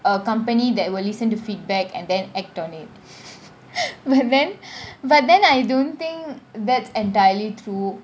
a company that will listen to feedback and then act on it but then but then I don't think that's entirely true